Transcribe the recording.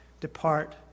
depart